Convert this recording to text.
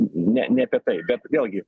ne ne apie tai bet vėlgi